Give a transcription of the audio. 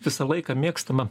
visą laiką mėgstama